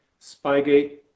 Spygate